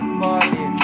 body